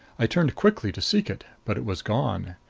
i turned quickly to seek it, but it was gone.